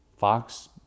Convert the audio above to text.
Fox